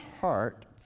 heart